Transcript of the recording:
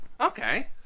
okay